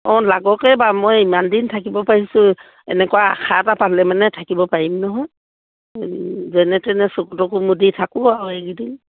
অঁ লাগকে বা মই ইমান দিন থাকিব পাৰিছোঁ এনেকুৱা আশা এটা পালে মানে থাকিব পাৰিম নহয় যেনে তেনে চকু তকু মুদি থাকোঁ আৰু এইকেইদিন